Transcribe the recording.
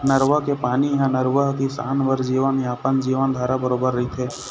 नरूवा के पानी ह नरूवा ह किसान बर जीवनयापन, जीवनधारा बरोबर रहिथे